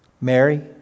Mary